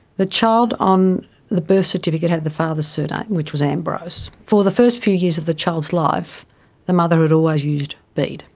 the child on the birth certificate had the father's surname, which was ambrose. for the first few years of the child's life the mother had always used bede.